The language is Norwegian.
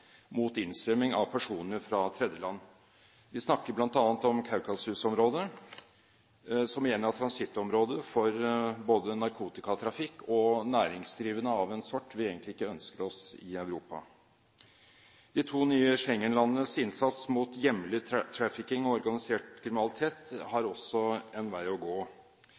mot innstrømming av personer fra tredjeland. Vi snakker bl.a. om Kaukasus-området, som igjen er transittområde for både narkotikatrafikk og næringsdrivende av en sort vi egentlig ikke ønsker oss i Europa. De to nye Schengen-landenes innsats mot hjemlig trafficking og organisert kriminalitet har også en vei å gå.